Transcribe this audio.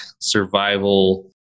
survival